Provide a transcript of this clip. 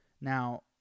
Now